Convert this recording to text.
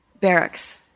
barracks